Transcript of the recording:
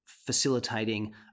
facilitating